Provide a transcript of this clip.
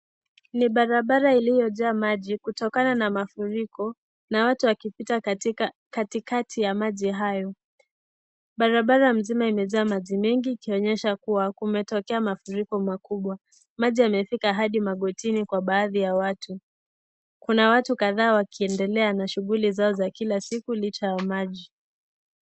Ni barabara iliyojaa maji kutokana na mafuriko na watu wakipitia katikati ya maji hayo. Barabara mzima imejaa maji mengi kuonyesha kuwa kumetokea mafuriko kubwa. Maji yamefika hadi magotini kwa baadhi ya watu. Kuna watu kadhaa wakiendelea na shughuli zao za kila siku licha ya maji.